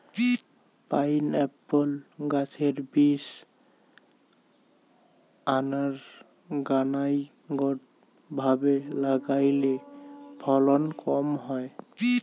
pineapple গাছের বীজ unorganised ভাবে লাগালে ফলন কম হয়